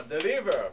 deliver